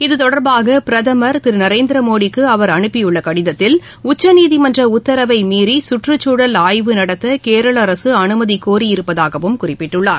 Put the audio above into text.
இதுதொடர்பாகபிரதமர் திருநரேந்திரமோடிக்குஅவர் அனுப்பியுள்ளகடதத்தில் உச்சநீதிமன்றஉத்தரவைமீறிசுற்றுச்சூழல் ஆய்வு நடத்தகேரளஅரசுஅனுமதிகோரி இருப்பதாகவும் குறிப்பிட்டுள்ளார்